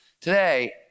Today